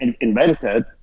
invented